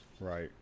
Right